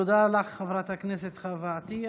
תודה לך, חברת הכנסת חוה עטייה.